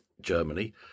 Germany